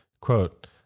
Quote